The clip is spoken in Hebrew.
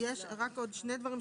אז נשאיר את זה